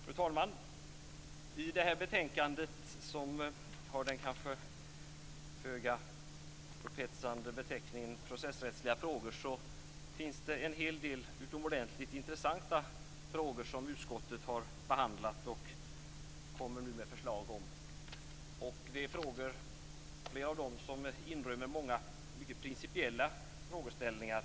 Fru talman! I detta betänkande, som har den föga upphetsande beteckningen Processrättsliga frågor, finns det en hel del intressanta frågor som utskottet har behandlat. Det är flera av dessa frågor som inrymmer mycket principiella frågeställningar.